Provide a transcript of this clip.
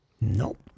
Nope